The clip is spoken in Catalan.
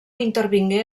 intervingué